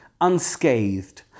unscathed